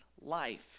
life